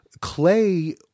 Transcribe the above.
Clay